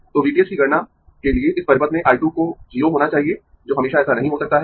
तो V t h की गणना के लिए इस परिपथ में I 2 को 0 होना चाहिए जो हमेशा ऐसा नहीं हो सकता है